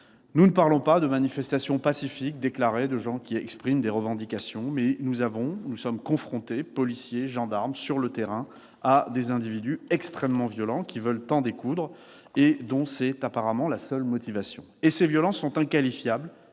Nous ne parlons pas de manifestations pacifiques, déclarées, de gens qui expriment des revendications. Sur le terrain, nous sommes confrontés, policiers, gendarmes, à des individus extrêmement violents qui veulent en découdre et dont c'est apparemment la seule motivation. Ces violences, qui sont inqualifiables,